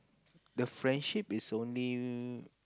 the friendship is only